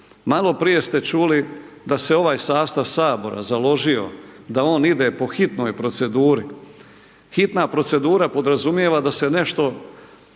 Maloprije se čuli da se ovaj sastav Sabora založio da on ide po hitnoj proceduri, hitna procedura podrazumijeva da se nešto